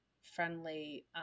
friendly